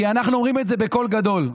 כי אנחנו אומרים את זה בקול גדול: